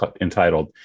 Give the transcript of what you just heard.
entitled